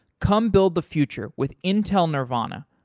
come build the future with intel nervana.